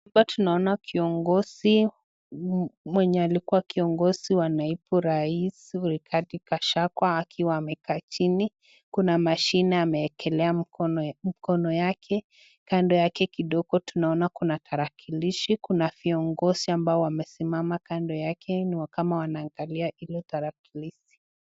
Hapa tunaona kiongozi, mwenye alikua kiongozi wa mnaibu Raisi, rigathi gachangua akiwa amekaa chini, kuna mashine ameekelea mkono wake, kando yake kidogo tunaona kuna tarakilishi, kuna viongozi ambao wamesimama kando yako kama wanaangalia ile tarakilishi.